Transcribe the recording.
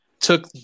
took